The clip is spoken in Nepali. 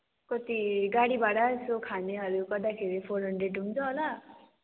कति गाडी भाडा यसो खानेहरू गर्दाखेरि फोर हान्ड्रेड हुन्छ होला